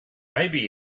maybe